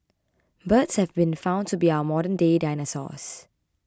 birds have been found to be our modernday dinosaurs